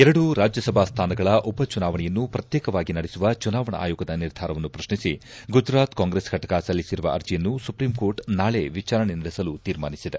ಎರಡು ರಾಜ್ಯಸಭಾ ಸ್ವಾನಗಳ ಉಪಚುನಾವಣೆಯನ್ನು ಪ್ರತ್ಯೇಕವಾಗಿ ನಡೆಸುವ ಚುನಾವಣಾ ಆಯೋಗದ ನಿರ್ಧಾರವನ್ನು ಪ್ರಶ್ನಿಸಿ ಗುಜರಾತ್ ಕಾಂಗ್ರೆಸ್ ಫಟಕ ಸಲ್ಲಿಸಿರುವ ಅರ್ಜಿಯನ್ನು ಸುಪ್ರೀಂ ಕೋರ್ಟ್ ನಾಳೆ ವಿಚಾರಣೆ ನಡೆಸಲು ಸಮ್ನತಿಸಿದೆ